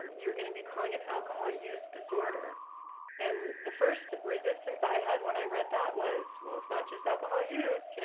you're gonna be calling it alcohol ah use disorder and the first resistance i had when i read that was, well, it's not just alcohol use, yeah